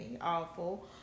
awful